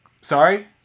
Sorry